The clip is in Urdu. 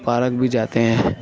اور پارک بھی جاتے ہیں